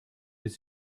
bis